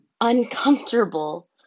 uncomfortable